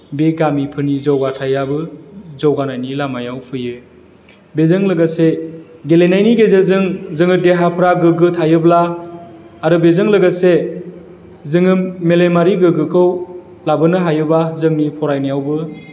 बे गामिफोरनि जौगाथायाबो जौगानायनि लामायाव फैयो बेजों लोगोसे गेलेनायनि गेजेरजों जोङो देहाफ्रा गोग्गो थायोब्ला आरो बेजों लोगोसे जोङो मेलेमारि गोग्गोखौ लाबोनो हायोब्ला जोंनि फरायनायावबो